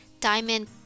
diamond